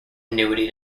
annuity